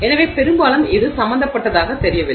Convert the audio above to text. எனவே பெரும்பாலும் இது சம்பந்தப்பட்டதாகத் தெரியவில்லை